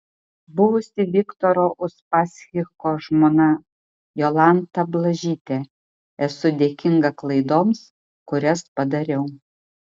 buvusi viktoro uspaskicho žmona jolanta blažytė esu dėkinga klaidoms kurias padariau